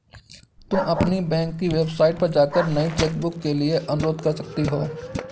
तुम अपनी बैंक की वेबसाइट पर जाकर नई चेकबुक के लिए अनुरोध कर सकती हो